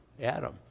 Adam